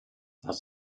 das